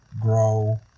grow